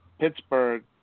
Pittsburgh